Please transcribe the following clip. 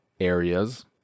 areas